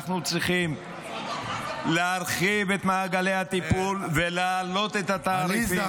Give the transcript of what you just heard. אנחנו צריכים להרחיב את מעגלי הטיפול ולהעלות את התעריפים.